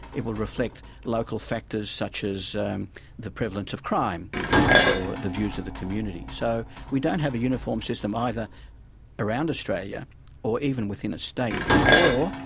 it will reflect local factors such as the prevalence of crime or the views of the community. so we don't have a uniform system, either around australia or even within a state, or,